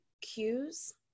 cues